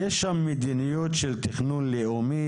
יש שם מדיניות של תכנון לאומי,